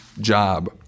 job